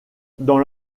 dans